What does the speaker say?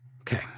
Okay